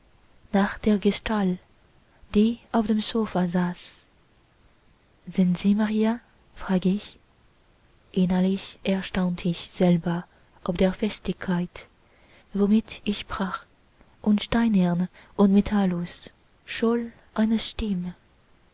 nach der gestalt die auf dem sofa saß sind sie maria fragt ich innerlich erstaunt ich selber ob der festigkeit womit ich sprach und steinern und metallos scholl